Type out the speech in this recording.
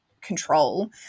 control